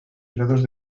grados